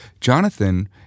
Jonathan